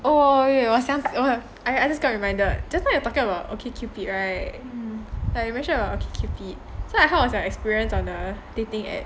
oh wait 我想到 I just got reminded just now you are talking about okcupid right like you mentioned about okcupid so how was your experience on the dating app